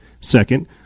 Second